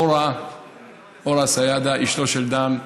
אורה סידה, אשתו של דן,